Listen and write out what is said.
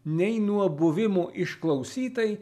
nei nuo buvimo išklausytai